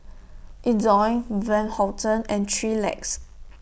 Ezion Van Houten and three Legs